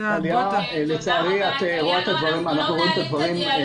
לצערי אנחנו רואים את הדברים.